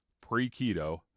pre-keto